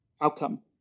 outcome